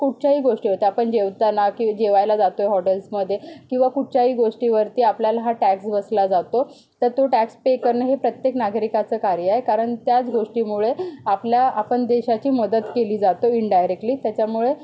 कुठच्याही गोष्टीवर आपण जेवताना किंवा जेवायला जातोय हॉटेल्समध्ये किंवा कुठच्याही गोष्टीवरती आपल्याला हा टॅक्स बसला जातो तर तो टॅक्स पे करणं हे प्रत्येक नागरिकाचं कार्य आहे कारण त्याच गोष्टीमुळे आपला आपण देशाची मदत केली जाते इन्डायरेक्टली त्याच्यामुळं